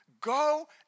Go